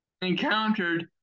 encountered